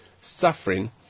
suffering